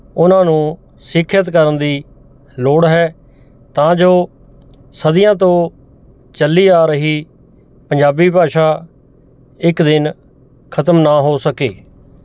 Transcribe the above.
ਉਹਨਾਂ ਨੂੰ ਸਿੱਖਿਅਤ ਕਰਨ ਦੀ ਲੋੜ ਹੈ ਤਾਂ ਜੋ ਸਦੀਆਂ ਤੋਂ ਚੱਲੀ ਆ ਰਹੀ ਪੰਜਾਬੀ ਭਾਸ਼ਾ ਇੱਕ ਦਿਨ ਖਤਮ ਨਾ ਹੋ ਸਕੇ